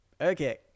okay